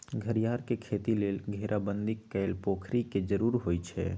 घरियार के खेती लेल घेराबंदी कएल पोखरि के जरूरी होइ छै